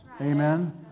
Amen